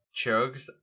chugs